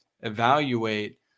evaluate